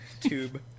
Tube